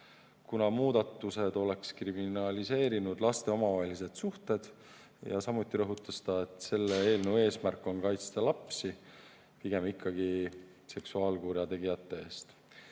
kuna muudatused oleks kriminaliseerinud laste omavahelised suhted. Samuti rõhutas ta, et selle eelnõu eesmärk on kaitsta lapsi pigem ikkagi seksuaalkurjategijate eest.